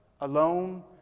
Alone